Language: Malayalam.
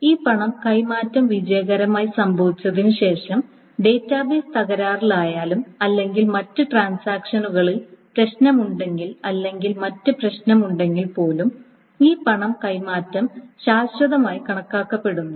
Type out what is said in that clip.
ഈ പണം കൈമാറ്റം വിജയകരമായി സംഭവിച്ചതിന് ശേഷം ഡാറ്റാബേസ് തകരാറിലായാലും അല്ലെങ്കിൽ മറ്റ് ട്രാൻസാക്ഷനുകളിൽ പ്രശ്നങ്ങളുണ്ടെങ്കിൽ അല്ലെങ്കിൽ മറ്റ് പ്രശ്നങ്ങളുണ്ടെങ്കിൽ പോലും ഈ പണം കൈമാറ്റം ശാശ്വതമായി കണക്കാക്കപ്പെടുന്നു